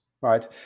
right